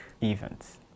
events